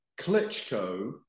Klitschko